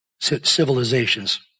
civilizations